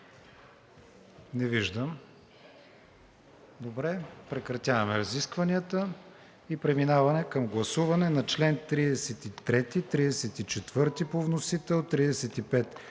Не виждам. Прекратявам разискванията. Преминаваме към гласуване на чл. 33, 34 по вносител; чл.